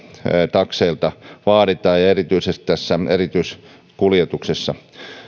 takseilta vaaditaan ja ja erityisesti tässä erityiskuljetuksessa